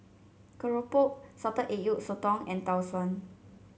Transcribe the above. Keropok Salted Egg Yolk Sotong and Tau Suan